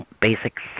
basics